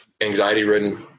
anxiety-ridden